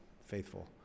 Faithful